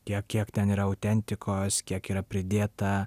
kiek kiek ten yra autentikos kiek yra pridėta